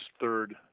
third